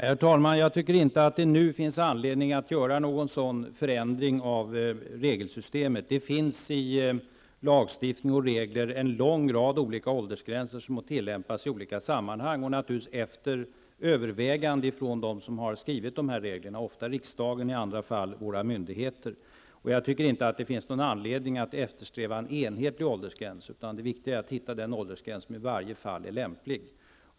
Herr talman! Jag tycker inte att det nu finns anledning att göra någon sådan förändring av regelsystemet. Det finns lagstiftning och regler en lång rad olika åldersgränser som tillämpas i olika sammanhang. Dessa åldersgränser har naturligtvis övervägts av dem som har utfärdat reglerna, ofta riksdagen eller i andra fall våra myndigheter. Det finns inte någon anledning att eftersträva en enhetlig åldersgräns, utan det viktiga är att finna den åldersgräns som är lämplig för varje sammanhang.